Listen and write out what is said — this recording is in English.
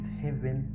heaven